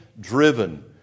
driven